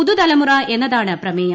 പുതുതലമുറ എന്നതാണ് പ്രമേയം